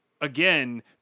again